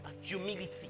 humility